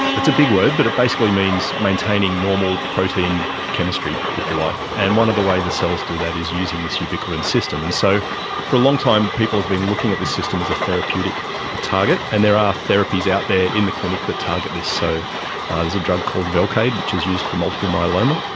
it's a big word but it basically means maintaining normal protein chemistry, if you like. and one of the ways the cells do that is using this ubiquitin system. and so for a long time people have been looking at this system as a therapeutic target, and there are therapies out there in the clinic that target this. so there's a drug called velcade which is used for multiple myeloma,